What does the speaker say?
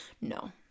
No